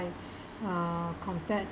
uh compared